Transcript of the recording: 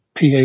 PA